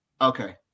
okay